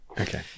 Okay